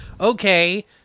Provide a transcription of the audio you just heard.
okay